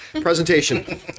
presentation